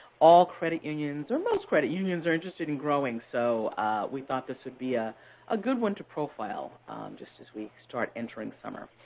all credit unions, or most credit unions, are interested in growing, so we thought this would be a ah good one to profile just as we start entering summer.